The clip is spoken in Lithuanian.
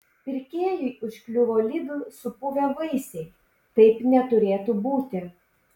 pirkėjui užkliuvo lidl supuvę vaisiai taip neturėtų būti